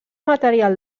material